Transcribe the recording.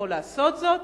יכול לעשות זאת,